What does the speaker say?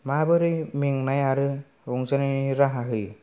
माबोरै मेंनाय आरो रंजानायनि राहा होयो